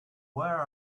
where